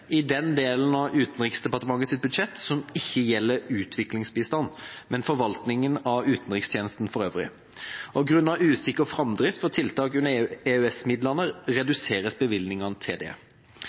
i den delen av Utenriksdepartementets budsjett som ikke gjelder utviklingsbistand, men forvaltningen av utenrikstjenesten for øvrig. Grunnet usikker framdrift for tiltak under EØS-midlene reduseres bevilgningene til det.